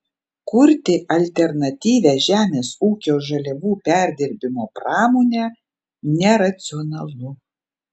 kurti alternatyvią žemės ūkio žaliavų perdirbimo pramonę neracionalu